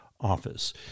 office